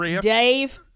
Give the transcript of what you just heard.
Dave